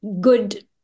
good